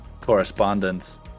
correspondence